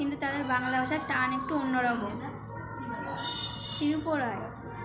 কিন্তু তাদের বাংলা ভাষার টান একটু অন্যরকম ত্রিপুরায়